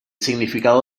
significado